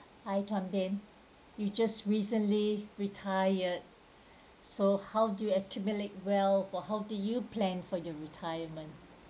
hi tan bien you just recently retired so how do you accumulate wealth or how do you plan for your retirement